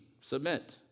Submit